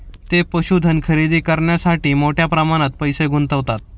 ते पशुधन खरेदी करण्यासाठी मोठ्या प्रमाणात पैसे गुंतवतात